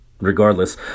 Regardless